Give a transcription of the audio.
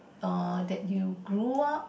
err that you grew up